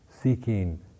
seeking